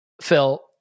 Phil